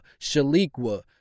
Shaliqua